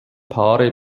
paare